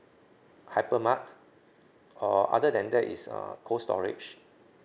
hypermart or other than that is uh Cold Storage